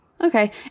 Okay